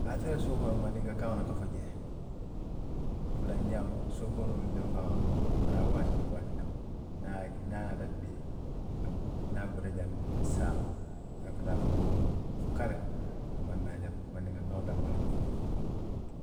Ali la suo kono, mandinka kaŋo le ka fo jee, fulanjaŋo soofooroo muŋ be n faamaa bulu, wo fanaa waati niŋ waati loŋ, niŋ a naata bii, a bu niŋ a bota jaŋ saama, a ka taa fo lookuŋo kari a maŋ naa jaŋ mandinka kaŋo danmaŋ ne ka fo jee